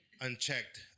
unchecked